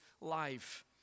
life